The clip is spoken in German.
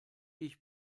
ich